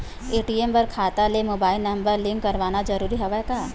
ATM बर खाता ले मुबाइल नम्बर लिंक करवाना ज़रूरी हवय का?